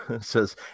says